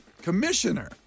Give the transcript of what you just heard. commissioner